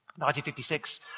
1956